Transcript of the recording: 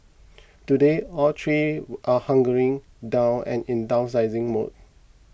today all three are hunkering down and in downsizing mode